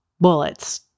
bullets